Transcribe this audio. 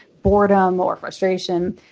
boredom or frustration.